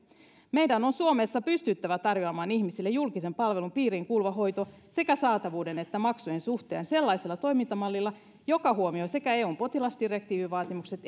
meidän on suomessa pystyttävä tarjoamaan ihmisille julkisen palvelun piiriin kuuluva hoito sekä saatavuuden että maksujen suhteen sellaisella toimintamallilla joka huomioi sekä eun potilasdirektiivivaatimukset